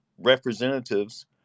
representatives